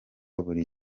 buri